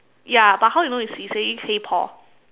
ya but how you know is he saying hey Paul